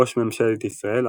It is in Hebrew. ראש ממשלת ישראל,